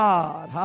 God